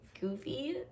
goofy